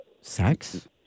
Sex